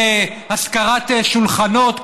שכירת שולחנות,